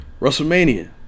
WrestleMania